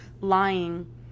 lying